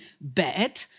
bad